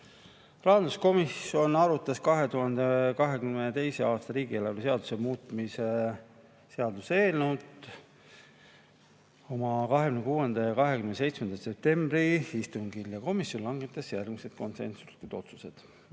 Rahanduskomisjon arutas 2022. aasta riigieelarve seaduse muutmise seaduse eelnõu oma 26. ja 27. septembri istungil ja komisjon langetas järgmised konsensuslikud otsused.